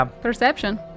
perception